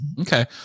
Okay